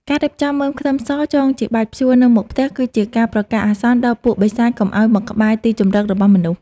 ការរៀបចំមើមខ្ទឹមសចងជាបាច់ព្យួរនៅមុខផ្ទះគឺជាការប្រកាសអាសន្នដល់ពួកបិសាចកុំឱ្យមកក្បែរទីជម្រករបស់មនុស្ស។